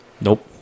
nope